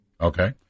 okay